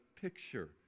picture